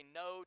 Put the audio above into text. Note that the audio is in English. no